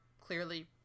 clearly